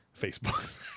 Facebooks